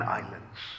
islands